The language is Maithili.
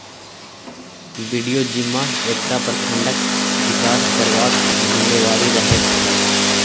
बिडिओ जिम्मा एकटा प्रखंडक बिकास करबाक जिम्मेबारी रहैत छै